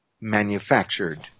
manufactured